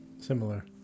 Similar